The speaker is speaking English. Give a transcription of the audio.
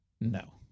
No